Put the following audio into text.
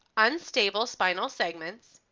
unstable spinal segments,